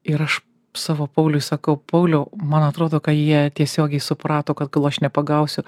ir aš savo pauliui sakau pauliau man atrodo kad jie tiesiogiai suprato kad gal aš nepagausiu